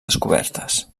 descobertes